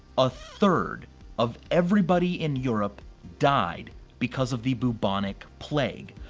a third of everybody in europe died because of the bubonic plague,